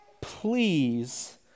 please